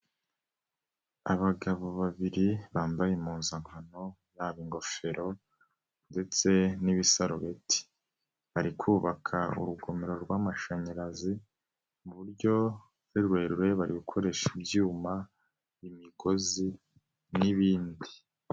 Abagabo babiri bambaye impuzankano yaba ingofero, ndetse n'ibisarubeti, bari kubaka urugomero rw'amashanyarazi, mu buryo ari rurerure, bari gukoresha ibyuma, imigozi n'ibindi.